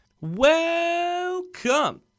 Welcome